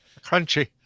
Crunchy